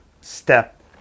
step